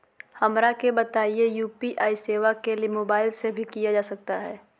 हमरा के बताइए यू.पी.आई सेवा के लिए मोबाइल से भी किया जा सकता है?